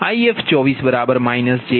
1235 p